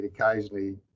occasionally